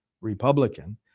Republican